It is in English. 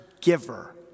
giver